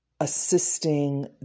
assisting